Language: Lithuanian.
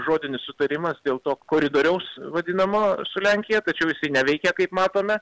žodinis sutarimas dėl to koridoriaus vadinamo su lenkija tačiau jisai neveikia kaip matome